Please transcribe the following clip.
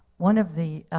one of the,